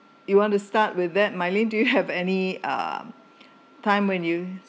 you want to start with that mylene do you have any uh time when you